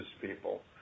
people